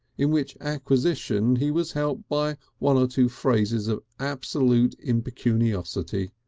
in which acquisition he was helped by one or two phases of absolute impecuniosity.